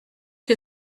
que